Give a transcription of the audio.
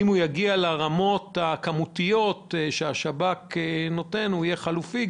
ואם הוא יגיע לכמויות שהשב"כ נותן אז הוא יכול להיות כלי חלופי,